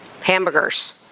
Hamburgers